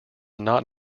not